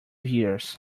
years